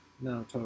No